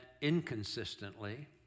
inconsistently